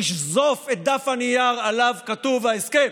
עיניו ישזפו את דף הנייר שעליו כתוב ההסכם?